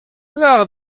lavar